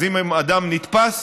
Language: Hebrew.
אז אם אדם נתפס,